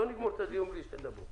לא נגמור את הדיון בלי שתדברו.